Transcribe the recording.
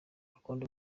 akunda